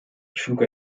schlug